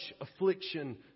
affliction